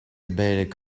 debated